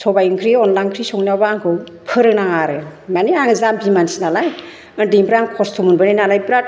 सबाइ ओंख्रि अनला ओंख्रि संनायावबो आंखौ फोरोंनाङा आरो माने आङो जाम्बि मानसि नालाय उन्दैनिफ्राय आं खस्थ' मोनबोनाय नालाय बिराथ